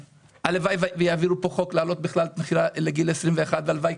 הלוואי ויעבירו פה חוק להעלות את גיל המכירה לגיל 21. הלוואי,